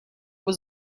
was